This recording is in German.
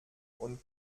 und